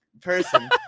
person